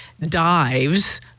dives